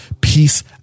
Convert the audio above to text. peace